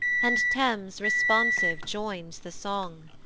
and thames responsive joins the song.